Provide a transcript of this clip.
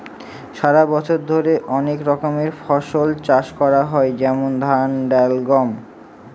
সারা বছর ধরে অনেক রকমের ফসল চাষ করা হয় যেমন ধান, ডাল, গম